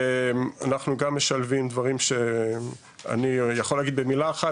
אנחנו גם משלבים דברים שאני יכול להגיד במילה אחת,